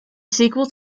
sequel